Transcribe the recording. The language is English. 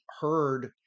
heard